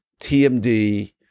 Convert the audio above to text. TMD